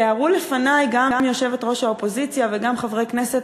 תיארו לפני גם יושבת-ראש האופוזיציה וגם חברי כנסת